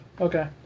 okay